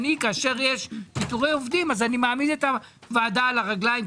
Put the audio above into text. כאשר יש פיטורי עובדים אז אני מעמיד את הוועדה על הרגליים.